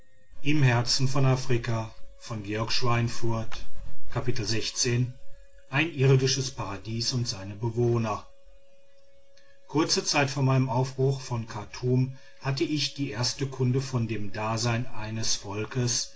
ein irdisches paradies und seine bewohner kurze zeit vor meinem aufbruch von chartum hatte ich die erste kunde von dem dasein eines volks